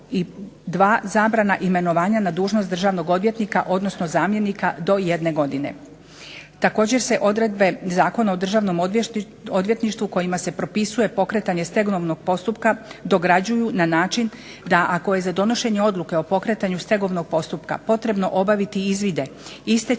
i 2. zabrana imenovanja na dužnost državnog odvjetnika odnosno zamjenika do jedne godine. Također se odredbe Zakona o državnom odvjetništvu kojima se propisuje pokretanje stegovnog postupka dograđuju na način da ako je za donošenje odluke o pokretanju stegovnog postupak potrebno obaviti izvide iste će provesti